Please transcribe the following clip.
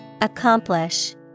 Accomplish